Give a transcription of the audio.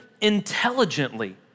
intelligently